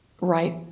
right